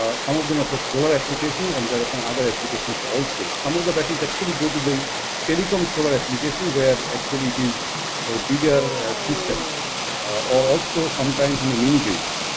ah some of them are for solar application and there are some other applications also. some of the batteries actually go to the telecom solar application where actually it is a bigger system or also, sometimes in the mini grids.